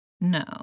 No